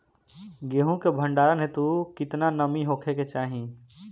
गेहूं के भंडारन हेतू कितना नमी होखे के चाहि?